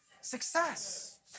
Success